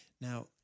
Now